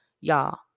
Y'all